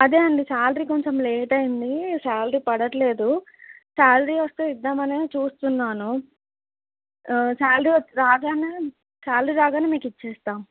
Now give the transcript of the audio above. అదే అండి శాలరీ కొంచెం లేట్ అయింది శాలరీ పడట్లేదు శాలరీ వస్తే ఇద్దామనే చూస్తున్నాను శాలరీ వ రాగానే శాలరీ రాగానే మీకు ఇచ్చేస్తాం